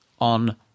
on